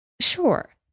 Sure